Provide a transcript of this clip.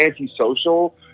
antisocial